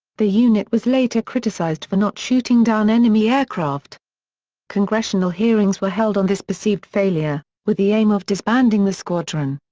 the unit was later criticized for not shooting down enemy aircraft congressional hearings were held on this perceived failure, with the aim of disbanding the squadron.